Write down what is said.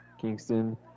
Kingston